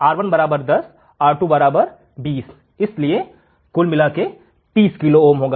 R1 10 R2 20 है इसलिए यह 30 किलो ओम है